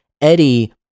Eddie